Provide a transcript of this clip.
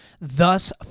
thus